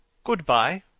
good-bye.